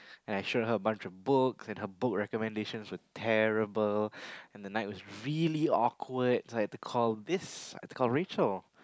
and I showed her a bunch of books and her book recommendations were terrible and the night was really awkward cause I have to call this I had to call rachel